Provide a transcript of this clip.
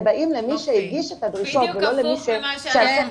הם באים למי שהגיש את הדרישה --- בדיוק הפוך ממה שאנחנו צריכים.